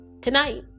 Tonight